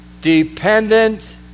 dependent